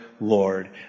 Lord